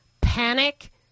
Panic